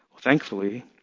Thankfully